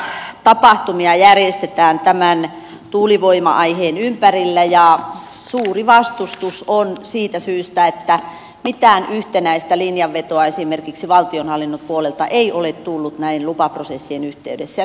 isoja tapahtumia järjestetään tuulivoima aiheen ympärillä ja suuri vastustus on siitä syystä että mitään yhtenäistä linjanvetoa esimerkiksi valtionhallinnon puolelta ei ole tullut näiden lupaprosessien yhteydessä